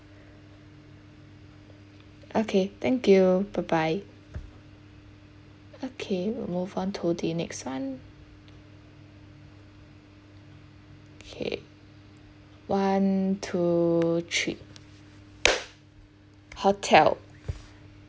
okay thank you bye bye okay move on to the next one okay one two three hotel